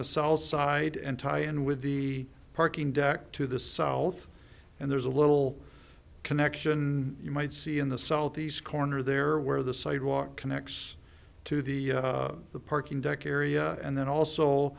the south side and tie in with the parking deck to the south and there's a little connection you might see in the southeast corner there where the sidewalk connects to the the parking deck area and then also